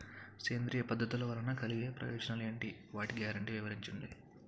సేంద్రీయ పద్ధతుల వలన కలిగే ప్రయోజనాలు ఎంటి? వాటి గ్యారంటీ వివరించండి?